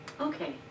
Okay